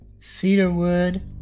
cedarwood